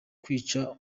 kwica